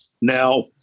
Now